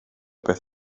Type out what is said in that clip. beth